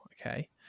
Okay